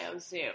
Zoo